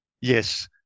Yes